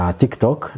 tiktok